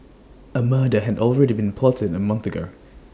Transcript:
A murder had already been plotted A month ago